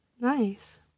Nice